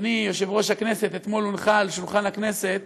אדוני יושב-ראש הכנסת, אתמול הונחה על שולחן הכנסת